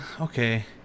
okay